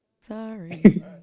Sorry